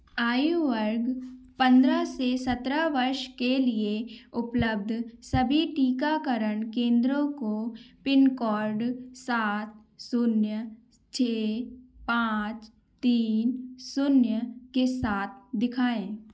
आयु वर्ग पन्द्रह से सत्रह वर्ष के लिए उपलब्ध सभी टीकाकरण केंद्रों को पिनकोड सात शून्य छ पाँच तीन शून्य के साथ दिखाएँ